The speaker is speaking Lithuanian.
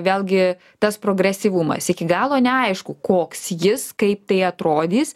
vėlgi tas progresyvumas iki galo neaišku koks jis kaip tai atrodys